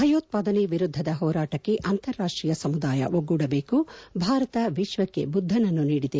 ಭೆಯೋತ್ಸಾದನೆ ವಿರುದ್ದದ ಹೋರಾಟಕ್ಸೆ ಅಂತಾರಾಷ್ಟೀಯ ಸಮುದಾಯ ಒಗ್ಗೂಡಬೇಕು ಭಾರತ ವಿಶ್ವಕ್ಕೆ ಬುದ್ದನನ್ನು ನೀಡಿದೆ